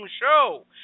show